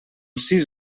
sis